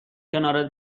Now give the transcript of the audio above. کنارت